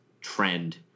trend